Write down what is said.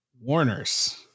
Warners